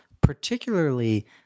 particularly